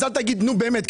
אז אל תגיד 'נו, באמת'.